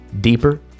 deeper